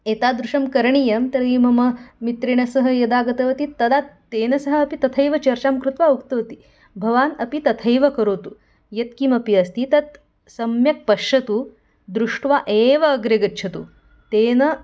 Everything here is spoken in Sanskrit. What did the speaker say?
एतादृशं करणीयं तर्हि मम मित्रेण सह यदा आगतवती तदा तेन सह अपि तथैव चर्चां कृत्वा उक्तवती भवान् अपि तथैव करोतु यत्किमपि अस्ति तत् सम्यक् पश्यतु दृष्ट्वा एव अग्रे गच्छतु तेन